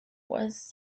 was